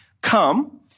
come